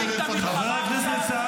זה אתה,